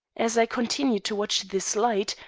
as i continued to watch this light,